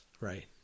Right